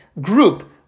group